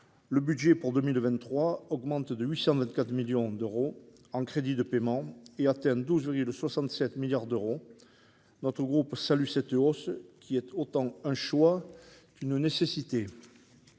de la mission, il augmente de 824 millions d'euros en crédits de paiement, atteignant 12,77 milliards d'euros. Notre groupe salue cette hausse qui est autant un choix qu'une nécessité.